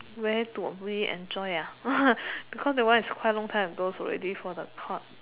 where do we enjoy ah because that one is quite long time ago already for the court